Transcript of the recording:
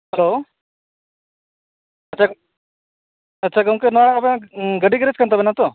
hello ᱟᱪ ᱟᱪᱪᱷᱟ ᱜᱚᱝᱠᱮ ᱱᱚᱣᱟ ᱟᱵᱮᱱ ᱜᱟᱹᱰᱤ ᱜᱮᱨᱮᱡᱽ ᱠᱟᱱ ᱛᱟᱵᱮᱱᱟᱛᱚ